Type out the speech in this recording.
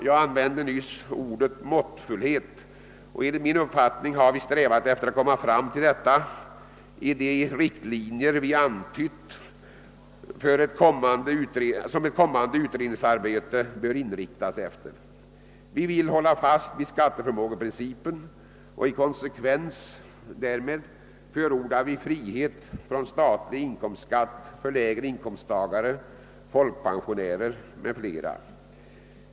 Jag använde nyss ordet måttfullhet, och enligt min uppfattning har vi strävat efter måttfullhet i de riktlinjer vi antytt för ett kommande utredningsarbete. Vi vill hålla fast vid skatteförmågeprincipen, och i konsekvens därmed förordar vi frihet från statlig inkomstskatt för lägre inkomsttagare, folkpensionärer m.fl.